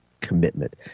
commitment